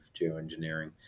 geoengineering